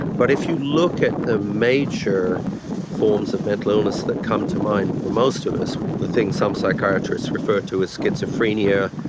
but if you look at the major forms of mental illness that come to mind for most of us, the things some psychiatrists refer to as schizophrenia,